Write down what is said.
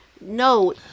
no